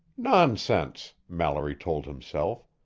nonsense! mallory told himself.